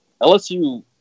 LSU